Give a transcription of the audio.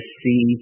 see